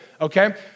okay